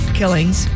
killings